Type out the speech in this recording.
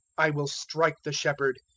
i will strike the shepherd,